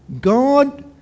God